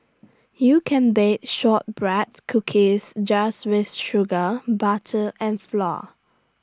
you can bake Shortbread Cookies just with sugar butter and flour